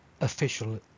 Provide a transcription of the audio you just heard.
official